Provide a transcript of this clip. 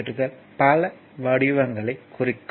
சுற்றுகள் பல வடிவங்களைக் குறிக்கும்